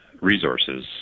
resources